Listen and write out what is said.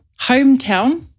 hometown